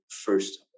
first